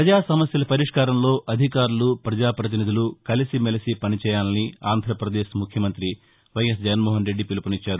ప్రపజా సమస్యల పరిష్కరంలో అధికారులు పజాపతినిధులు కలిసి మెలిసి పనిచేయాలని ఆంధ్రప్రదేశ్ ముఖ్యమంత్రి వైఎస్ జగన్నోహన్ రెడ్డి పిలుపునిచ్చారు